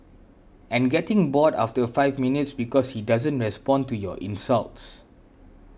and getting bored after five minutes because he doesn't respond to your insults